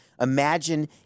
Imagine